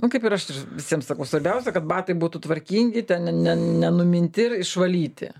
nu kaip ir aš ir visiem sakau svarbiausia kad batai būtų tvarkingi ten ne nenuminti ir išvalyti